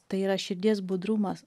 tai yra širdies budrumas